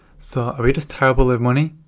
so, are we just terrible with money?